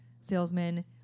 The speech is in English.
salesmen